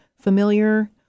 familiar